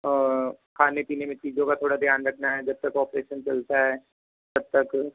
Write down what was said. और खाने पीने में चीज़ों का थोड़ा ध्यान रखना है जब तक ऑपरेशन चलता है तब तक